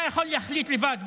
אתה יכול להחליט לבד,